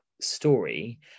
story